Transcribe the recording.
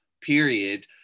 period